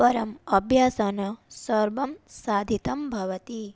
परम् अभ्यसेन सर्वं साधितं भवति